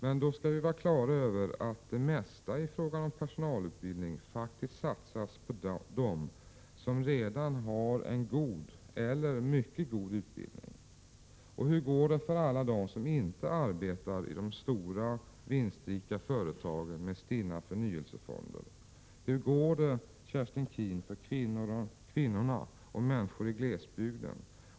Men då skall vi vara på det klara med att det mesta i fråga om personalutbildning faktiskt satsas på dem som redan har en god eller mycket god utbildning. Och hur går det för alla dem som inte arbetar i de stora vinstrika företagen med stinna förnyelsefonder? Hur går det, Kerstin Keen, för kvinnorna och människorna i glesbygden?